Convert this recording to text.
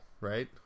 right